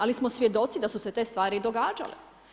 Ali smo svjedoci da su se te stvari događale.